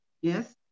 yes